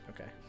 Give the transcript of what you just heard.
Okay